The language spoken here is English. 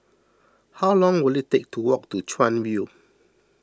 how long will it take to walk to Chuan View